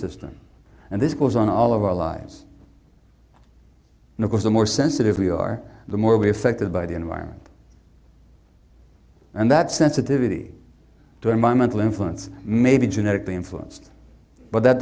them and this goes on all of our lives and of course the more sensitive we are the more we affected by the environment and that sensitivity to my mental influence may be genetically influenced but that